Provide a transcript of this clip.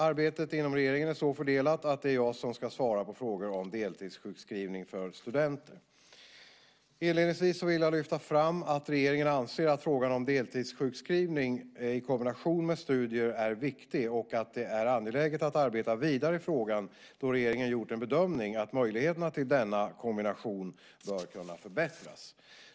Arbetet inom regeringen är så fördelat att det är jag som ska svara på frågor om deltidssjukskrivning för studenter. Inledningsvis vill jag lyfta fram att regeringen anser att frågan om deltidssjukskrivning i kombination med studier är viktig och att det är angeläget att arbeta vidare i frågan då regeringen gjort en bedömning att möjligheterna till denna kombination bör kunna förbättras.